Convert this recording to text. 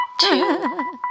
two